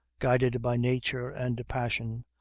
guided by nature and passion,